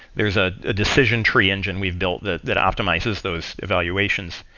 there's a ah decision tree engine we've built that that optimizes those evaluations.